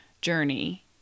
journey